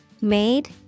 Made